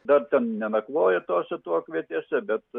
dar ten nenakvoja tose tuokvietėse bet